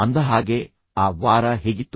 ಅಂದಹಾಗೆ ಆ ವಾರ ಹೇಗಿತ್ತು